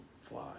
fly